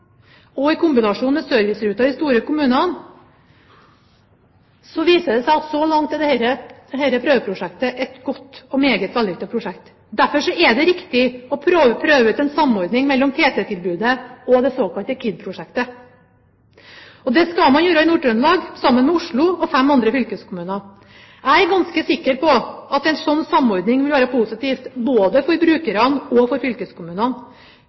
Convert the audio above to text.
og i kombinasjon med serviceruter i de store kommunene. Det viser seg at så langt er dette prøveprosjektet et godt og meget vellykket prosjekt. Derfor er det riktig å prøve ut en samordning med TT-tilbudet og det såkalte KID-prosjektet. Det skal man gjøre i Nord-Trøndelag, sammen med Oslo og fem andre fylkeskommuner. Jeg er ganske sikker på at en sånn samordning vil være positiv, både for brukerne og for fylkeskommunene.